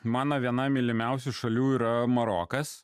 mano viena mylimiausių šalių yra marokas